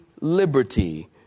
liberty